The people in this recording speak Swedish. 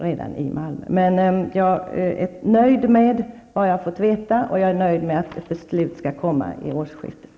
Jag är emellertid nöjd med vad jag har fått veta, och jag är nöjd med att beslut skall fattas vid årsskiftet.